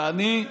ואני,